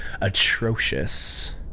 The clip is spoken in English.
atrocious